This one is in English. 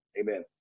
Amen